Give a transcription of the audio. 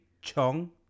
Chong